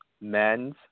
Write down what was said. men's